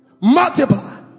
multiply